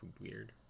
weird